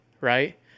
right